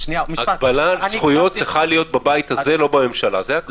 הגבלה על זכויות צריכה להיות בבית הזה לא בממשלה.